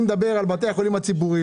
אני מדבר על בתי החולים הציבוריים.